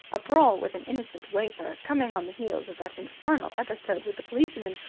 a brawl with an innocent waiter, coming on the heels of that infernal episode with the policeman,